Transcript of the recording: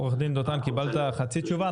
עו"ד דותן קיבלת חצי תשובה,